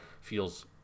Feels